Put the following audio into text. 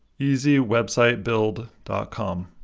easywebsitebuild dot com